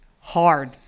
hard